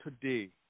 today